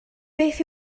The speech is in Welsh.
beth